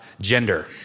gender